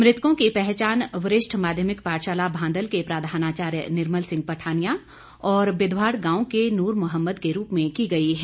मृतकों की पहचान वरिष्ठ माध्यमिक पाठशाला भांदल के प्रधानाचार्य निर्मल सिंह पठानिया और बिधवाड गांव के नूर मुहम्म्द के रूप में की गई है